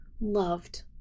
loved